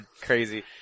crazy